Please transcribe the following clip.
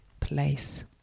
place